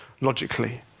logically